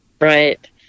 Right